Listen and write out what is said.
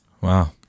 Wow